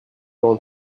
avant